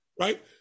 right